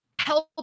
help